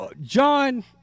John